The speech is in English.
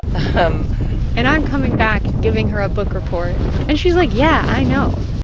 um and i'm coming back, giving her a book report. and she's like, yeah, i know.